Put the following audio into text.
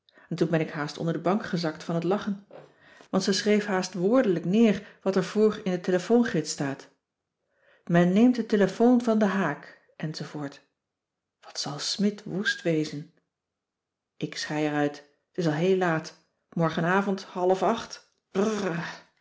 en toen ben ik haast onder de bank gezakt van het lachen want ze schreef haast woordelijk cissy van marxveldt de h b s tijd van joop ter heul neer wat er voor in de telefoongids staat men neemt de telefoon van den haak enz wat zal smidt woest wezen ik schei eruit t is al heel laat morgenavond half acht